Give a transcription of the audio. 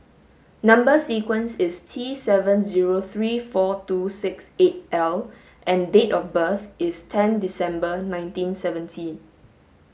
number sequence is T seven zero three four two six eight L and date of birth is ten December nineteen seventy